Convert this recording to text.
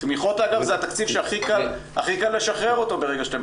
תמיכות אגב זה התקציב שהכי קל לשחרר אותו ברגע שאתם פותחים אותו.